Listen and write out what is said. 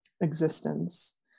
existence